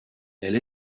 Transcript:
elle